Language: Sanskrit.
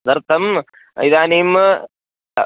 तदर्थम् इदानीम्